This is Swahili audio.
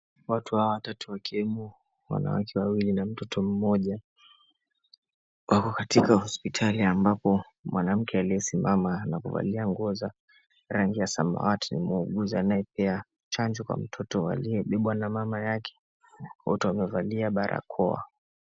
Watu hawa wawili wa kiume, mwanamke mmoja na mtoto, wako katika hospitali ambapo mwanamke aliyesimama, amevalia nguo ya rangi ya samawati ni muuguzi anayepea mtot chanjo aliyebebwa na mama yake, wote wamevalia barakoa.